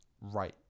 Right